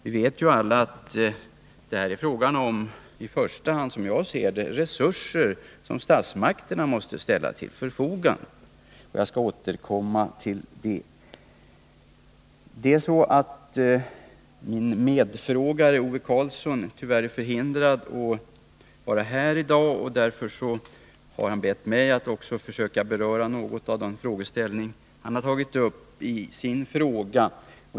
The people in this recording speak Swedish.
Vi vet alla att det, som jag ser det, i första hand är fråga om resurser som statsmakterna måste ställa till förfogande. Jag skall återkomma till det. Ove Karlsson, som har ställt frågan i ämnet, är tyvärr förhindrad att vara här i dag. Därför har han bett mig att också försöka beröra några av de frågeställningar han tagit upp.